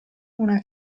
una